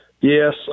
Yes